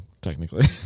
technically